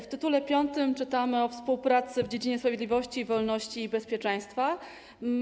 W tytule V umowy czytamy o współpracy w dziedzinie sprawiedliwości, wolności i bezpieczeństwa.